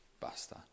Basta